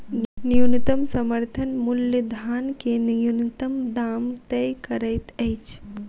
न्यूनतम समर्थन मूल्य धान के न्यूनतम दाम तय करैत अछि